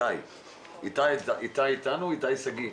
לאיתי שגיא.